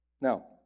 Now